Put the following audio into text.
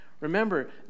Remember